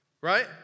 right